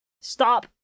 Stop